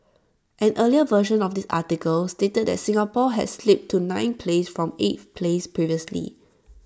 an earlier version of this article stated that Singapore had slipped to ninth place from eighth place previously